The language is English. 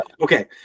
okay